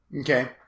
Okay